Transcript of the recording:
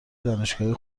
دانشگاهی